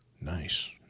Nice